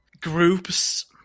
groups